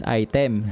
item